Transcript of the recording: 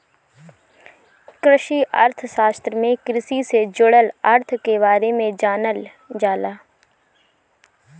कृषि अर्थशास्त्र में कृषि से जुड़ल अर्थ के बारे में जानल जाला